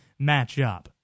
matchup